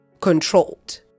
controlled